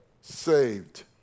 saved